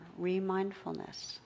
remindfulness